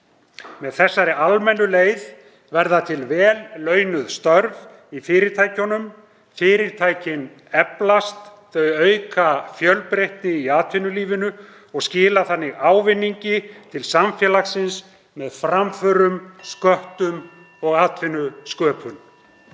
Með þessari almennu leið verða til vel launuð störf í fyrirtækjunum. Fyrirtækin eflast, þau auka fjölbreytni í atvinnulífinu og skila þannig ávinningi til samfélagsins með framförum, sköttum og atvinnusköpun.